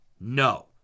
No